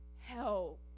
help